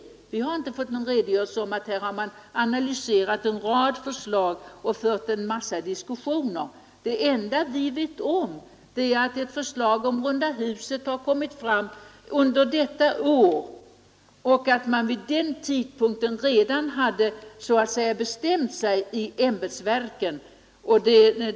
Det har inte sagts något om att man har analyserat en rad förslag och fört en mängd diskussioner; det enda vi vet är att ett förslag om runda huset har lagts fram under detta år och att man i ämbetsverken redan hade bestämt sig när det förslaget presenterades.